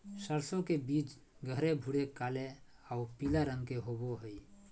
सरसों के बीज गहरे भूरे काले आऊ पीला रंग के होबो हइ